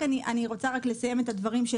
אני רק לסיים את דבריי: